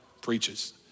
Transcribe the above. preaches